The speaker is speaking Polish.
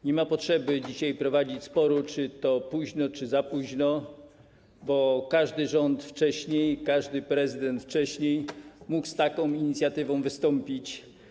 Nie ma potrzeby dzisiaj prowadzić sporu, czy to późno, czy za późno, bo każdy rząd, każdy prezydent mógł wcześniej z taką inicjatywą wystąpić.